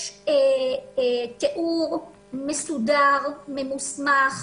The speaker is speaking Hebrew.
יש תיאור מסודר, ממוסמך,